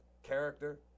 Character